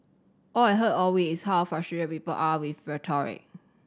all I've heard all week is how people are with rhetoric